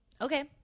Okay